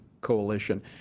Coalition